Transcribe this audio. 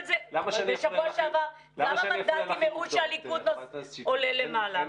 בשבוע שעבר גם המנדטים הראו שהליכוד עולה למעלה.